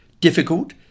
difficult